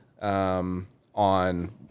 on